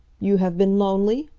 you have been lonely?